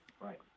Right